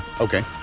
Okay